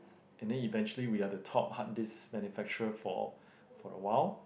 and then eventually we are the top hard disk manufacturer for for awhile